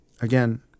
again